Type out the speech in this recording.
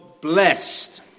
blessed